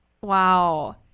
wow